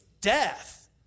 death